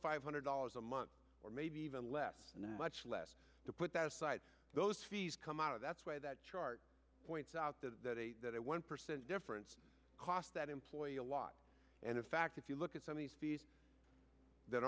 five hundred dollars a month or maybe even less much less to put that aside those fees come out of that's why that chart points out that that one percent difference cost that employ a lot and in fact if you look at some of these fees that